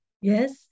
Yes